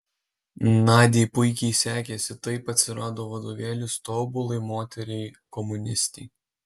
nadiai puikiai sekėsi taip atsirado vadovėlis tobulai moteriai komunistei